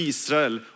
Israel